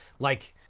like,